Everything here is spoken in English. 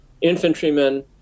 infantrymen